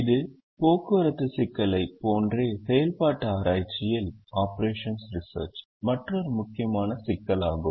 இது போக்குவரத்து சிக்கலைப் போன்றே செயல்பாட்டு ஆராய்ச்சியில் மற்றொரு முக்கியமான சிக்கலாகும்